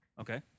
Okay